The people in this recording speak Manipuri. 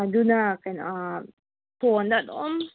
ꯑꯗꯨꯅ ꯀꯩꯅꯣ ꯐꯣꯟꯗ ꯑꯗꯨꯝ